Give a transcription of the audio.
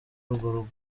urwo